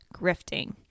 grifting